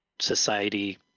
society